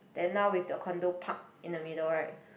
then now with the condo park in the middle right